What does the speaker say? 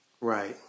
Right